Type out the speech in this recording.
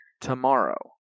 tomorrow